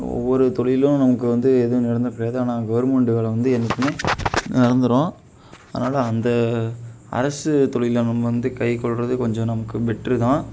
ஒவ்வொரு தொழிலும் நமக்கு வந்து எதுவும் நிரந்தரம் கிடையாது ஆனால் கவர்மெண்ட்டு வேலை வந்து என்றைக்குமே நிரந்தரம் அதனால் அந்த அரசு தொழில நம்ம வந்து கைக்கொள்வது கொஞ்சம் நமக்கு பெட்ரு தான்